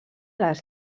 les